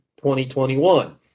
2021